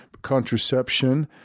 Contraception